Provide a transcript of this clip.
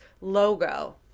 logo